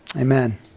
amen